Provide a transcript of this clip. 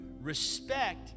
Respect